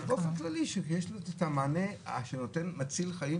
אבל באופן כללי שיש את המענה שמציל חיים,